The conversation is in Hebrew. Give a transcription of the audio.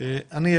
ברגע שקיבלתי,